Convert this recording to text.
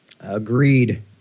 Agreed